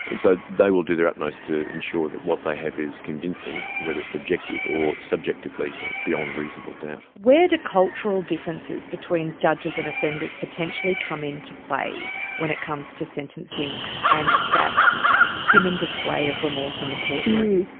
and so they will do their utmost to ensure that what they have is convincing, whether it's objective or subjectively beyond reasonable doubt. where do cultural differences between judges and offenders potentially come into play when it cuts to sentencing and that human display of remorse in the courtroom?